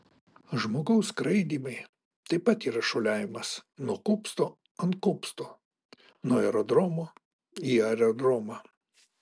žmogaus skraidymai taip pat yra šuoliavimas nuo kupsto ant kupsto nuo aerodromo į aerodromą